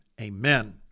Amen